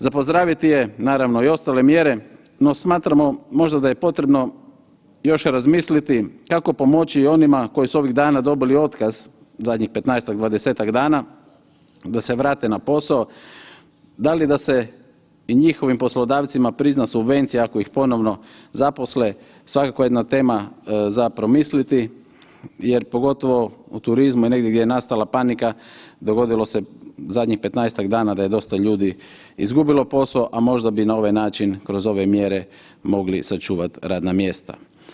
Za pozdraviti je, naravno i ostale mjere, no smatram možda da j e potrebno još razmisliti kako pomoći onima koji su ovih dana dobili otkaz zadnjih 15-tak, 20-tak dana, da se vrate na posao, da li da se i njihovim poslodavcima prizna subvencija ako ih ponovno zaposle, svakako jedna tema za promisliti jer pogotovo u turizmu i negdje gdje je nastala panika, dogodilo se zadnjih 15-tak dana da je dosta ljudi izgubilo posao, a možda bi na ovaj način kroz ove mjere mogli sačuvati radna mjesta.